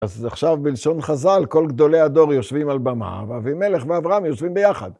אז עכשיו בלשון חז"ל כל גדולי הדור יושבים על במה, ואבימלך ואברהם יושבים ביחד.